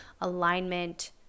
alignment